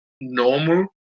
normal